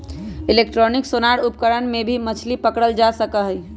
electronic sonar उपकरण से भी मछली पकड़ल जा सका हई